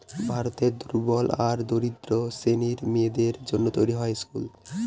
ভারতের দুর্বল আর দরিদ্র শ্রেণীর মেয়েদের জন্য তৈরী হয় স্কুল